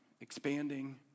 expanding